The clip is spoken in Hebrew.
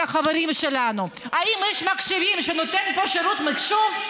החברים שלנו: אם יש איש מחשבים שנותן את שירות המחשוב,